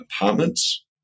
apartments